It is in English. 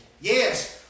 Yes